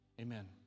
Amen